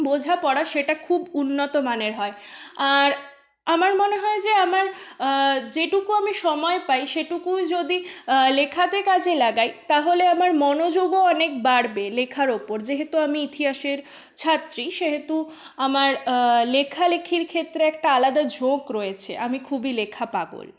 বোঝাপড়া সেটা খুব উন্নত মানের হয় আর আমার মনে হয় যে আমার যেটুকু আমি সময় পাই সেটুকুই যদি লেখাতে কাজে লাগাই তাহলে আমার মনোযোগও অনেক বাড়বে লেখার ওপর যেহেতু আমি ইতিহাসের ছাত্রী সেহেতু আমার লেখালেখির ক্ষেত্রে একটা আলাদা ঝোঁক রয়েছে আমি খুবই লেখা পাগল